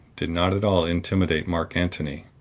did not at all intimidate mark antony.